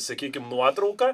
sakykime nuotrauką